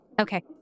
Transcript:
Okay